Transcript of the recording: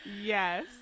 yes